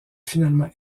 finalement